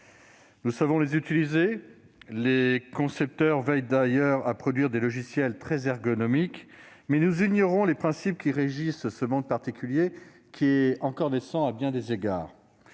Nous savons les utiliser- les concepteurs veillent d'ailleurs à produire des logiciels très ergonomiques -, mais nous ignorons les principes qui régissent ce monde particulier, encore naissant à bien des égards.